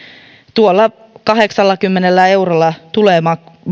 tuolla kahdeksallakymmenellä eurolla tulee